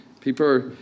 People